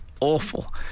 awful